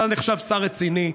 אתה נחשב שר רציני,